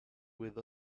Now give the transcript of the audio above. with